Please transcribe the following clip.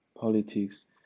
politics